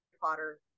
Potter